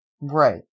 Right